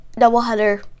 doubleheader